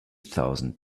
thousand